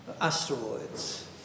asteroids